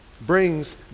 brings